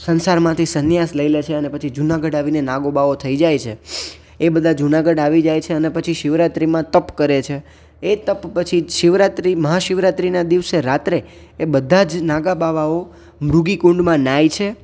સંસારમાંથી સંન્યાસ લઈ લે છે અને પછી જુનાગઢ આવીને નાગો બાવો થઈ જાય છે એ બધા જુનાગઢ આવી જાય છે અને પછી શિવરાત્રીમાં તપ કરે છે એ તપ પછી શિવરાત્રી મહાશિવરાત્રીના દિવસે રાત્રે એ બધા જ નાગ બાવાઓ મૃગીકુંડમાં ન્હાય છે